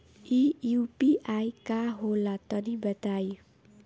इ यू.पी.आई का होला तनि बताईं?